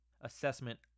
assessment